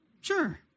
Sure